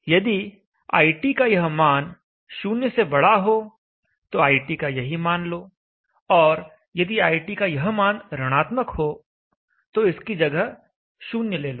यदि iT का यह मान 0 से बड़ा हो तो iT का यही मान लो और यदि iT का यह मान ऋणात्मक होता है तो इसकी जगह 0 ले लो